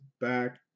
back